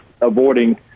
avoiding